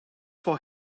for